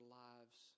lives